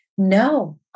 No